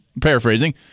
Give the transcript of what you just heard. paraphrasing